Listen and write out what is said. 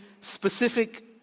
specific